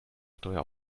steuer